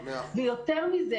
ויותר מזה